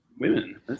women